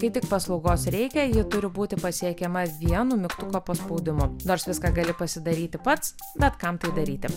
kai tik paslaugos reikia ji turi būti pasiekiama vienu mygtuko paspaudimu nors viską gali pasidaryti pats bet kam tai daryti